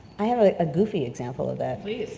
i have a goofy example of that. please.